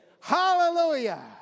Hallelujah